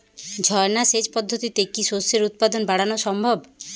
ঝর্না সেচ পদ্ধতিতে কি শস্যের উৎপাদন বাড়ানো সম্ভব?